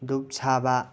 ꯗꯨꯛ ꯁꯥꯕ